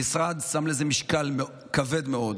המשרד נותן לזה משקל כבד מאוד,